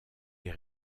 est